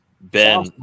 Ben